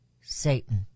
Satan